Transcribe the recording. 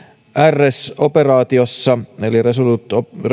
rs operaatiossa eli resolute